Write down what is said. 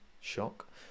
shock